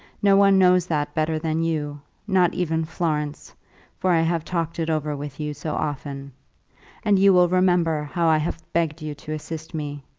no one knows that better than you not even florence for i have talked it over with you so often and you will remember how i have begged you to assist me.